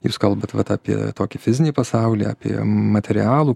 jūs kalbat vat apie tokį fizinį pasaulį apie materialų